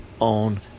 own